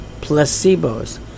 placebos